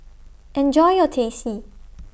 Enjoy your Teh C